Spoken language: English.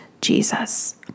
Jesus